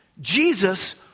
Jesus